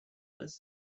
this